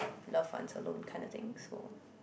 loves one alone kind of thing so